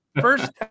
First